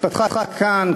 שהתפתחה כאן,